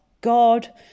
god